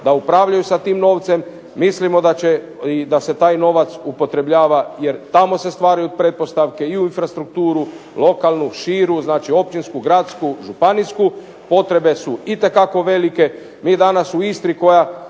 da upravljaju sa tim novcem. Mislimo da se taj novac upotrebljava jer tamo se stvaraju pretpostavke i u infrastrukturu lokalnu, širu. Znači, općinsku, gradsku, županijsku. Potrebe su itekako velike. Mi danas u Istri koja